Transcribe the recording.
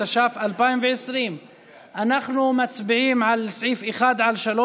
התש"ף 2020. אנחנו מצביעים על סעיפים 1 3,